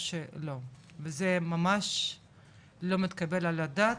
או שלא וזה ממש לא מתקבל על הדעת,